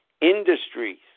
Industries